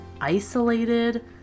isolated